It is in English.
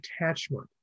attachment